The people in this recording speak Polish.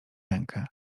rękę